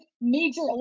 major